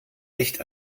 echt